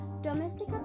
domestic